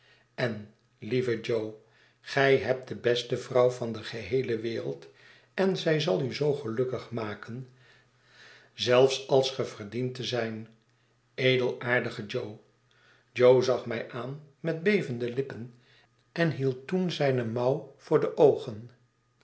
en lieve jo gij hebt de beste vrouw van de geheele wereld en zij zal u zoo gelukkig maken zelfs als ge verdient te zijn goede edelaardige jo i jo zag mij aan met bevende lippen en hield toen zijne mouw voor de oogen